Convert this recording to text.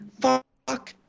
Fuck